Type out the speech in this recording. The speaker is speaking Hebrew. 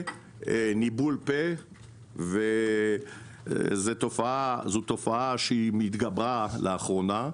ניבול פה - זו תופעה שהיא התגברה לאחרונה,